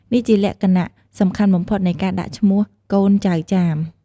នេះជាលក្ខណៈសំខាន់បំផុតនៃការដាក់ឈ្មោះកូនចៅចាម។